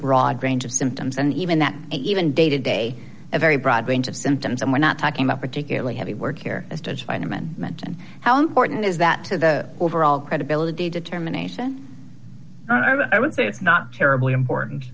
broad range of symptoms and even that even day to day a very broad range of symptoms and we're not talking about particularly heavy work here it's a chinaman meant and how important is that to the overall credibility determination and i would say it's not terribly important